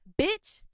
bitch